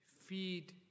feed